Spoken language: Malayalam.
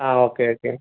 ആ ഓക്കെ ഓക്കെ